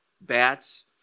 bats